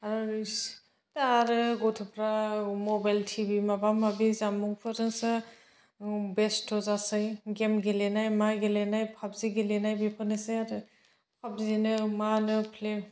arts दा आरो गथ'फ्रा मबाइल टिभि माबा माबि जानबुंफोरजोंसो उम बेस्ठ' जासै गेम गेलेनाय मा गेलेनाय पाबजि गेलेनाय बेफोरनोसै आरो पाबजिनो मानो फ्लिम